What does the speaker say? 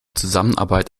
zusammenarbeit